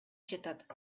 жатат